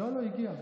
לא, הגיעה.